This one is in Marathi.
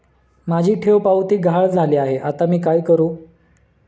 माझी ठेवपावती गहाळ झाली आहे, आता मी काय करु?